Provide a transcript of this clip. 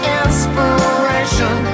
inspiration